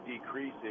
decreasing